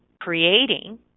creating